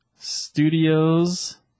Studios